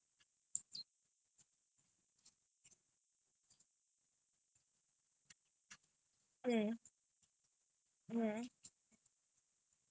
ya so அதையும் நான்:athaiyum naan coordinate பண்ணனும்:pannanum then my friend in polytechnic doing internship அதையும்:athaiyum naan coordinate பண்ணனும்:pannanum so like trying to coordinate lah